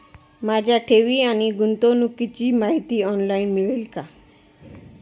माझ्या ठेवी आणि गुंतवणुकीची माहिती ऑनलाइन मिळेल का?